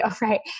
right